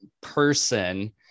person